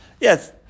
Yes